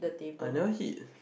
I never hit